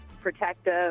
protective